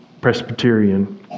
Presbyterian